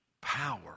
power